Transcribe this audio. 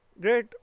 great